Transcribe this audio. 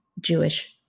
Jewish